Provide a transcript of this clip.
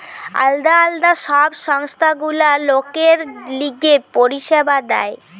আলদা আলদা সব সংস্থা গুলা লোকের লিগে পরিষেবা দেয়